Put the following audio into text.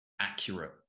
accurate